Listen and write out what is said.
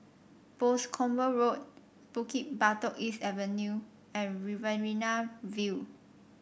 Boscombe Road Bukit Batok East Avenue and Riverina View